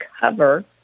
cover